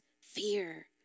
fear